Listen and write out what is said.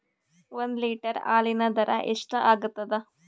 ಒಂದ್ ಲೀಟರ್ ಹಾಲಿನ ದರ ಎಷ್ಟ್ ಆಗತದ?